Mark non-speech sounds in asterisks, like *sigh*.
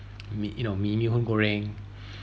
mee you know mee mee hoon goreng *breath*